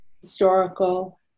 historical